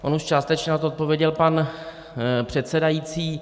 On už částečně na to odpověděl pan předsedající.